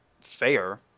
fair